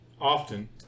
often